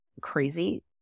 crazy